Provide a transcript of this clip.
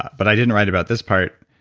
but i didn't write about this part.